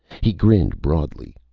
he grinned broadly,